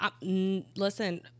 Listen